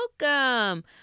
welcome